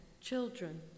children